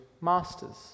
masters